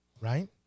Right